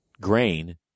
grain